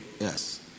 Yes